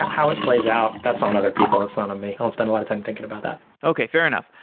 how it plays out, that's on other people. it's not on me. i don't spend a lot of time thinking about that okay, fair enough.